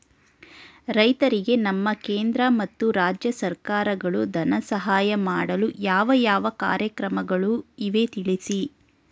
ರೈತರಿಗೆ ನಮ್ಮ ಕೇಂದ್ರ ಮತ್ತು ರಾಜ್ಯ ಸರ್ಕಾರಗಳು ಧನ ಸಹಾಯ ಮಾಡಲು ಯಾವ ಯಾವ ಕಾರ್ಯಕ್ರಮಗಳು ಇವೆ ತಿಳಿಸಿ?